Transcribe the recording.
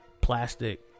plastic